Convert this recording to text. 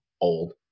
old